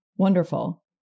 wonderful